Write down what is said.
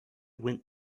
went